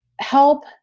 help